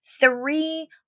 three